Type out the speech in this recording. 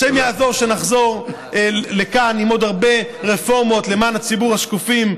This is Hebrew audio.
השם יעזור שנחזור לכאן עם עוד הרבה רפורמות למען ציבור השקופים.